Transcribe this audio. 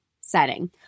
setting